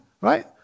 right